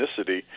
ethnicity